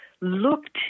looked